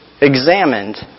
examined